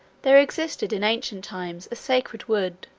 there existed, in ancient times, a sacred wood,